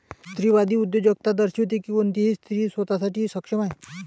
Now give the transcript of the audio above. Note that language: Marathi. स्त्रीवादी उद्योजकता दर्शविते की कोणतीही स्त्री स्वतः साठी सक्षम आहे